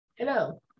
Hello